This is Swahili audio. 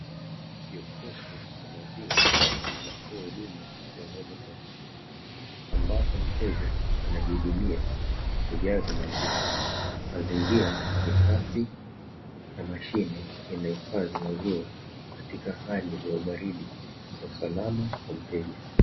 Jokofu la maziwa linatoa huduma ya moja kwa moja, ambapo mteja anajihudumia na kujaza maziwa. Mazingira ni safi na mashine imehifadhi maziwa katika hali ya ubaridi, na usalama kwa mteja.